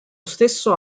stesso